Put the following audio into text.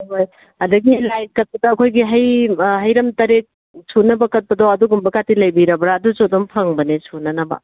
ꯍꯣꯏ ꯑꯗꯒꯤ ꯂꯥꯏꯀꯠꯄꯗ ꯑꯩꯈꯣꯏꯒꯤ ꯍꯩꯔꯝ ꯇꯔꯦꯠ ꯁꯨꯅꯕ ꯀꯠꯄꯗꯣ ꯑꯗꯨꯒꯨꯝꯕꯒꯗꯤ ꯂꯩꯕꯤꯔꯕ꯭ꯔꯥ ꯑꯗꯨꯁꯨ ꯑꯗꯨꯝ ꯐꯪꯕꯅꯦ ꯁꯨꯅꯅꯕ